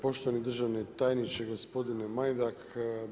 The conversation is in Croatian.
Poštovani državni tajniče gospodine Majdak.